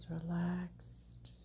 relaxed